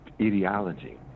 ideology